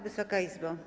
Wysoka Izbo!